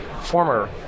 former